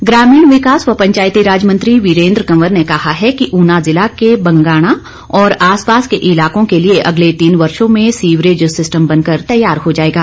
कुंवर ग्रामीण विकास व पंचायती राज मंत्री वीरेंद्र कंवर ने कहा है कि ऊना जिला के बंगाणा और आसपास के इलाकों के लिए अगले तीन वर्षों में सीवरेज सिस्टम बनकर तैयार हो जाएगा